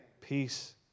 Peace